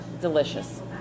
delicious